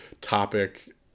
topic